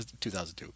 2002